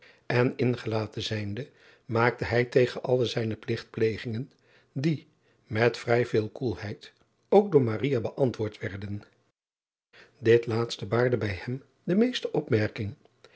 en ingelaten zijnde maakte hij tegen alle zijne pligtplegingen die met vrij veel koelheid ook door beantwoord werden it laatste baarde bij hem de meeste opmerking